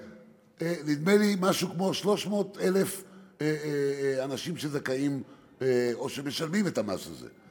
נדמה לי שזה כ-300,000 אנשים שזכאים או שמשלמים את המס הזה,